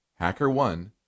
HackerOne